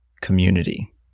community